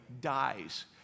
dies